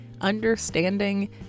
understanding